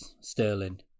sterling